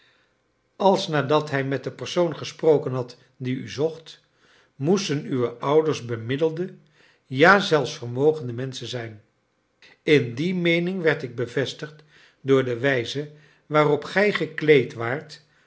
als nadat hij met den persoon gesproken had die u zocht moesten uwe ouders bemiddelde ja zelfs vermogende menschen zijn in die meening werd ik bevestigd door de wijze waarop gij gekleed waart